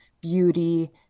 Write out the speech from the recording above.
beauty